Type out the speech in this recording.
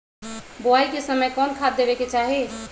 बोआई के समय कौन खाद देवे के चाही?